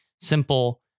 simple